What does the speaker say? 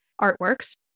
artworks